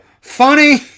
Funny